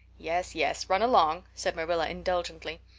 yes, yes, run along, said marilla indulgently.